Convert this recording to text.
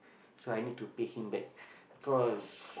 so I need to pay him back because